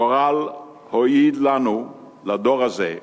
הגורל הועיד לנו, לדור הזה,